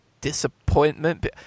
disappointment